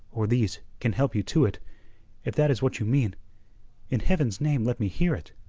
or these, can help you to it if that is what you mean in heaven's name let me hear it.